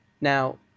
Now